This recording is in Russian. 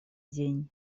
день